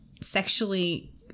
sexually